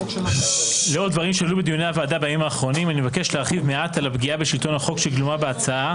ללא קשר --- למה הוועדה הוציאה הודעה שלא השתתפתי בהצבעה?